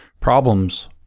problems